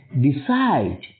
decide